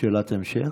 שאלת המשך,